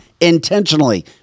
intentionally